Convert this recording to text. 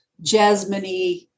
jasmine-y